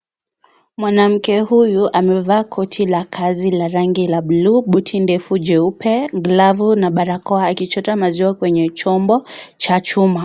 Mwanamke huyu amevaa koti la kazi la rangi la bluu, buti ndefu jeupe, glavu na barakoa. Akichota maziwa kwenye chombo cha chuma.